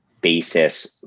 basis